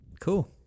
cool